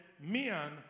men